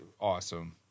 Awesome